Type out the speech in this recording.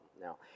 Now